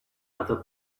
other